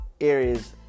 areas